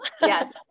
Yes